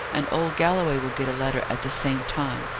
and old galloway will get a letter at the same time,